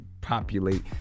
populate